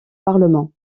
parlement